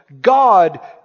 God